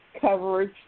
coverage